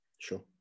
sure